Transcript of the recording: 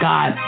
God